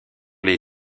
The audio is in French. les